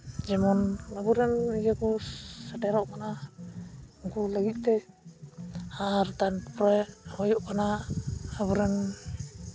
ᱡᱮᱢᱚᱱ ᱟᱵᱚᱨᱮᱱ ᱤᱭᱟᱹ ᱠᱚ ᱥᱮᱴᱮᱨᱚᱜ ᱠᱟᱱᱟ ᱩᱱᱠᱩ ᱞᱟᱹᱜᱤᱫ ᱛᱮ ᱟᱨ ᱛᱟᱨᱯᱚᱨᱮ ᱦᱩᱭᱩᱜ ᱠᱟᱱᱟ ᱟᱵᱚᱨᱮᱱ